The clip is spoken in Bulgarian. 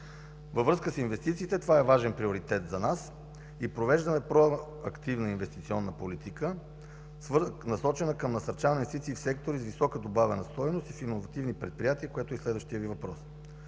Във връзка с инвестициите – това е важен приоритет за нас, и провеждане на проактивна инвестиционна политика, насочена към насърчаване на инвестиции в сектори с висока добавена стойност и в иновативни предприятия, което е и следващият Ви въпрос.